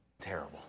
terrible